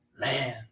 Man